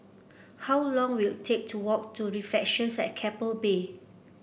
how long will it take to walk to Reflections at Keppel Bay